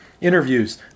interviews